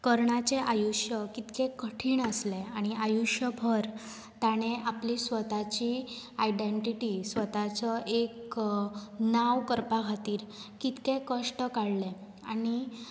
कर्णाचें आयूश्य कितके कठीण आसलें आनी आयूश्यभर तांणे आपली स्वताची आयडेंटीटी स्वताचो एक नांव करपा खातीर कितके कश्ट काडले आनी